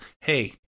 hey